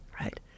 right